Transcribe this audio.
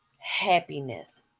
happiness